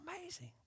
amazing